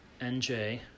NJ